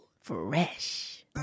Fresh